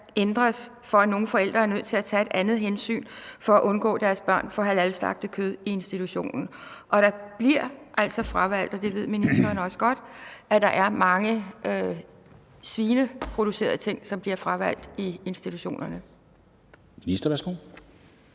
ændres, så nogle forældre er nødt til tage et andet hensyn for at undgå, at deres børn får halalslagtet kød i institutionen, og der bliver altså fravalgt. Og ministeren ved også godt, at der er mange typer af svinekød, som bliver fravalgt i institutionerne. Kl.